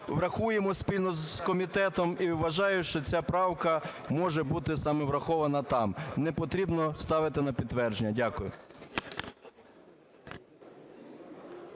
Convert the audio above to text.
врахуємо спільно з комітетом, і вважаю, що ця правка може бути саме врахована там. Не потрібно ставити на підтвердження. Дякую.